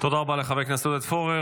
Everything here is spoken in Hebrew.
תודה רבה לחבר הכנסת עודד פורר.